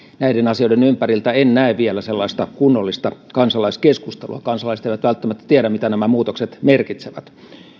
näiden asioiden ympäriltä en näe vielä sellaista kunnollista kansalaiskeskustelua kansalaiset eivät välttämättä tiedä mitä nämä muutokset merkitsevät